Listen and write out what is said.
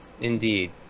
indeed